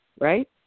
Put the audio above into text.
right